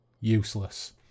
useless